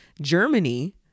Germany